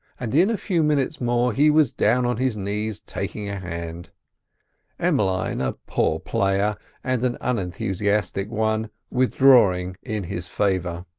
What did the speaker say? and in a few minutes more he was down on his knees taking a hand emmeline, a poor player and an unenthusiastic one, withdrawing in his favour.